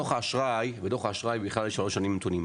בדוח האשראי שלוש שנים נתונים,